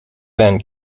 then